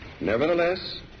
Nevertheless